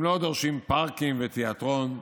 הם לא דורשים פארקים ותיאטרון,